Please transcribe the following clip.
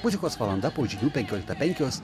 muzikos valanda po žinių penkioliktą penkios